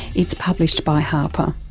it's published by harper.